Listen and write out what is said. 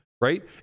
right